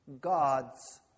God's